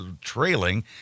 trailing